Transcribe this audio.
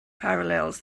parallels